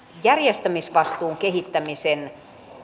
järjestämisvastuun kehittämisen